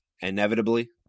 inevitably